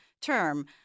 term